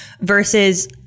versus